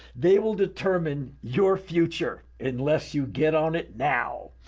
they will determine your future, unless you get on it now.